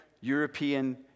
European